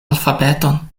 alfabeton